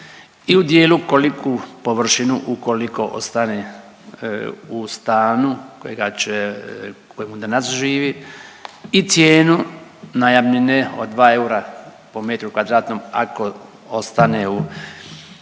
i u dijelu koliku površinu ukoliko ostane u stanu kojega će, u kojemu danas živi i cijenu najamnine od 2 eura po metru kvadratnom ako ostane u